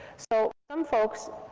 so some folks,